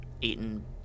eaten